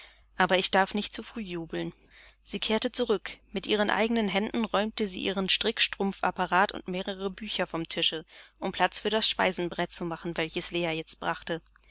aber ich darf nicht zu früh jubeln sie kehrte zurück mit ihren eigenen händen räumte sie ihren strickstrumpfapparat und mehre bücher vom tische um platz für das speisenbrett zu machen welches leah jetzt brachte